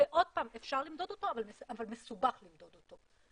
שעוד פעם אפשר למדוד אותו, אבל מסובך למדוד אותו.